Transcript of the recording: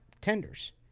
tenders